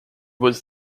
was